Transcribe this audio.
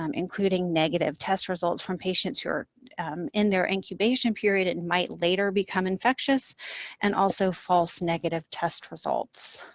um including negative test results from patients who are in their incubation period and might later become infectious and also false negative test results.